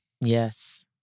Yes